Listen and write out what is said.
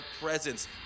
presence